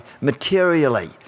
materially